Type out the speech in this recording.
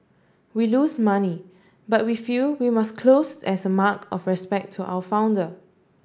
we lose money but we feel we must closed as a mark of respect to our founder